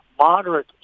moderate